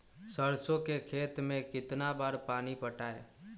सरसों के खेत मे कितना बार पानी पटाये?